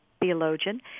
theologian